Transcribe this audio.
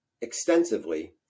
extensively